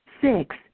six